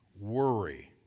worry